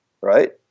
right